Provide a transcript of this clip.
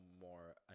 more